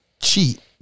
cheat